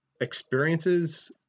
experiences